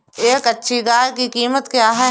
एक अच्छी गाय की कीमत क्या है?